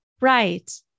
Right